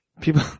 People